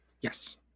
yes